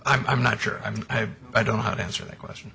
i'm not sure i mean i don't know how to answer that question